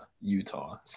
Utah